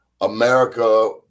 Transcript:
america